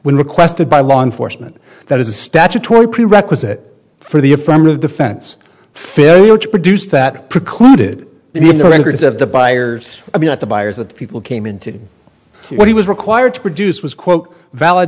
when requested by law enforcement that is a statutory prerequisite for the affirmative defense failure to produce that precluded in the records of the buyers i mean at the buyers that the people came in to what he was required to produce was quote valid